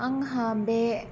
आंहा बे